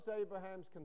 Abraham's